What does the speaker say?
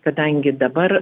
kadangi dabar